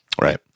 Right